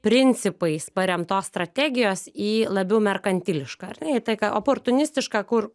principais paremtos strategijos į labiau merkantilišką ar ne į tai ką oportunistišką kur